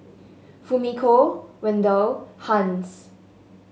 Fumiko Wendell Hans